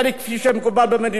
כפי שמקובל במדינות,